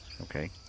Okay